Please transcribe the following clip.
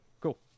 Cool